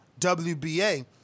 WBA